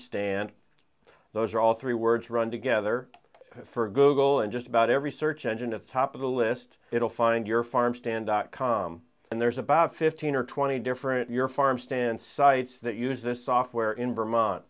stand those are all three words run together for google and just about every search engine of top of the list it'll find your farmstand dot com and there's about fifteen or twenty different your farmstand sites that use this software in vermont